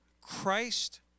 Christ